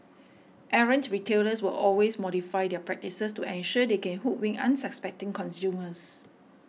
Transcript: errant retailers will always modify their practices to ensure they can hoodwink unsuspecting consumers